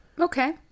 Okay